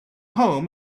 home